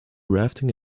rafting